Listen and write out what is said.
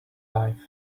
life